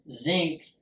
Zinc